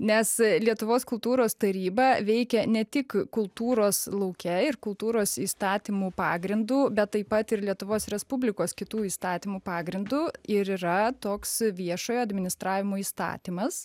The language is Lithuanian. nes lietuvos kultūros taryba veikia ne tik kultūros lauke ir kultūros įstatymų pagrindu bet taip pat ir lietuvos respublikos kitų įstatymų pagrindu ir yra toks viešojo administravimo įstatymas